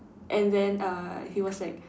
and then uh he was like